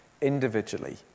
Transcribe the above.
individually